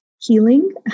healing